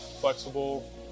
flexible